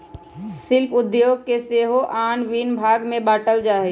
शिल्प उद्योग के सेहो आन भिन्न भाग में बाट्ल जाइ छइ